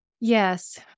Yes